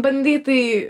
bandai tai